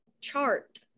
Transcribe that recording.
chart